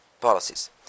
policies